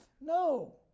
No